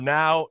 now